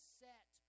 set